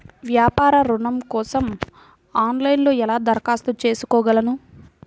వ్యాపార ఋణం కోసం ఆన్లైన్లో ఎలా దరఖాస్తు చేసుకోగలను?